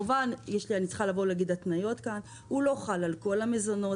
אני מסייגת: בשלב הראשון זה לא חל על כל המזונות.